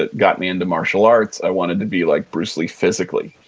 ah got me into martial arts. i wanted to be like bruce lee physically,